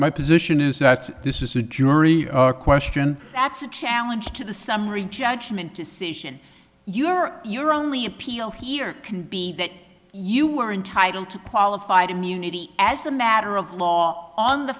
my position is that this is a jury question that's a challenge to the summary judgment decision you're you're only appeal here can be that you were entitled to qualified immunity as a matter of law on the